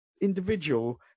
individual